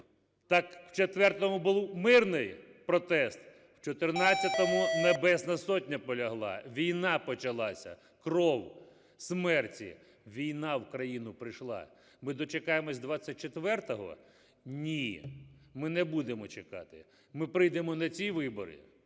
Так в 4-му був мирний протест, в 14-му Небесна Сотня полягла, війна почалася, кров, смерті, війна в країну прийшла. Ми дочекаємося 24-го? Ні, ми не будемо чекати. Ми прийдемо на ці вибори,